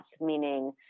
meaning